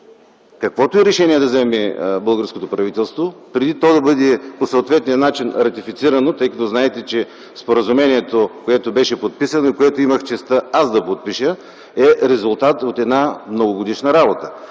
каквото и решение да вземе българското правителство, преди то да бъде ратифицирано по съответния начин, тъй като знаете, че споразумението, което беше подписано и което имах честта аз да подпиша, е резултат от една многогодишна работа.